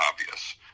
obvious